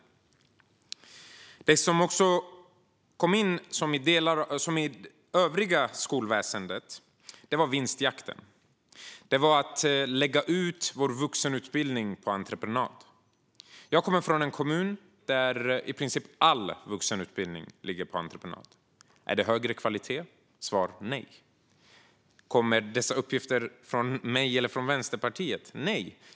Något som kom in i det övriga skolväsendet var vinstjakten - att lägga ut vår vuxenutbildning på entreprenad. Jag kommer från en kommun där i princip all vuxenutbildning ligger på entreprenad. Är kvaliteten högre? Svar nej. Kommer dessa uppgifter från mig eller från Vänsterpartiet? Nej.